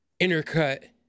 intercut